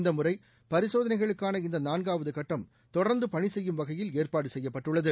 இந்த முறை பரிசோதனைகளுக்கான இந்த நான்காவது கட்டம் தொடர்ந்து பணிசெய்யும் வகையில ஏற்பாடு செய்யப்பட்டுள்ளது